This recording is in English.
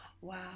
wow